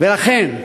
ולכן,